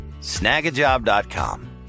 snagajob.com